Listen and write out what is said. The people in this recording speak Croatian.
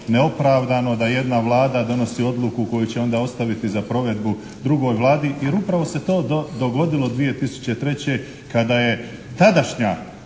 neopravdano da jedna Vlada donosi odluku koju će onda ostaviti za provedbu drugoj Vladi jer upravo se to dogodilo 2003. kada je tadašnja